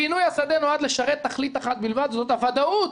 פינוי השדה נועד לשרת תכלית אחת בלבד והיא הוודאות